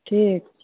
ठीक